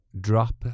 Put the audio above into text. drop